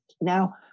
Now